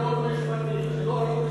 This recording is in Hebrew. לא ראוי